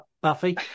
buffy